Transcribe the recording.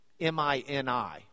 M-I-N-I